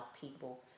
people